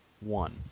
one